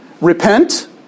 Repent